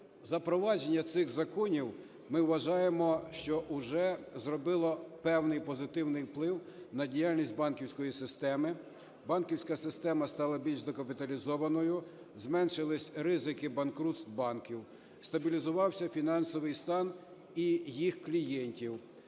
Запровадження цих законів, ми вважаємо, що вже зробило певний позитивний вплив на діяльність банківської системи. Банківська система стала більш докапіталізованою. Зменшились ризики банкрутств банків, стабілізувався фінансовий стан і їх клієнтів.